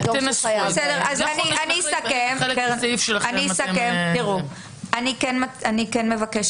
אני כן מבקשת בימים הקרובים להעלות